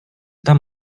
tam